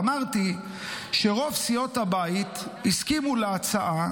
אמרתי שרוב סיעות הבית הסכימו להצעה